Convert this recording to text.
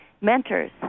mentors